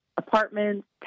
apartments